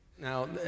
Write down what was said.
Now